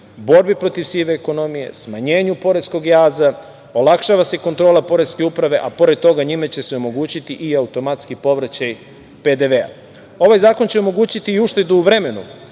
borbi protiv sive ekonomije i smanjenju poreskog jaza i olakšava se kontrola poreske uprave, a pored toga, njime će se omogućiti i automatski povraćaj PDV.Ovaj zakon će omogućiti i uštedu u vremenu,